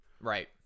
Right